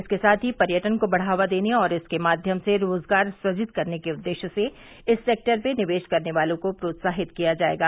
इसके साथ ही पर्यटन को बढ़ावा देने और इसके माध्यम से रोजगार सुजित करने के उद्देश्य से इस सेक्टर में निवेश करने वालों को प्रोत्साहित किया जायेगा